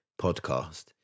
podcast